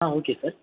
ಹಾಂ okay sir